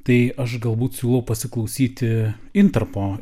tai aš galbūt siūlau pasiklausyti intarpo